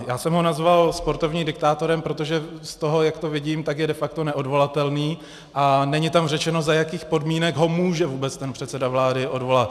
Já jsem ho nazval sportovním diktátorem, protože z toho, jak to vidím, je de facto neodvolatelný a není tam řečeno, za jakých podmínek ho může vůbec ten předseda vlády odvolat.